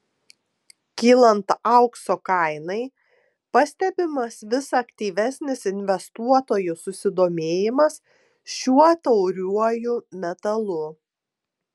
kylant aukso kainai pastebimas vis aktyvesnis investuotojų susidomėjimas šiuo tauriuoju metalu